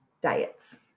diets